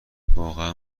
واقعا